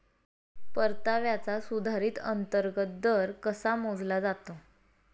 परताव्याचा सुधारित अंतर्गत दर कसा मोजला जातो?